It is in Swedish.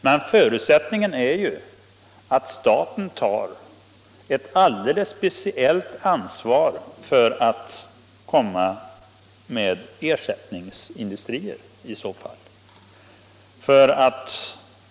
Men förutsättningen är att staten i så fall tar ett alldeles speciellt ansvar för att det kommer dit ersättningsindustrier.